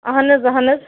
اہن حظ اہن حظ